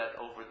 over